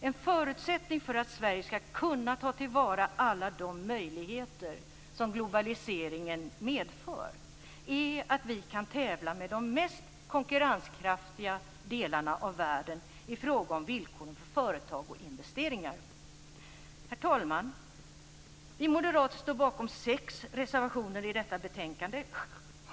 En förutsättning för att Sverige skall kunna ta till vara alla de möjligheter som globaliseringen medför är att vi kan tävla med de mest konkurrenskraftiga delarna av världen i fråga om villkoren för företag och investeringar. Herr talman! Vi moderater står bakom sex reservationer till detta betänkande.